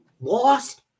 lost